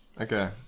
Okay